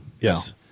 Yes